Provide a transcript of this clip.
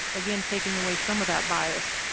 again taking away some of that bias.